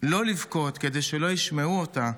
לא לבכות כדי שלא ישמעו אותה,